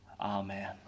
amen